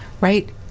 right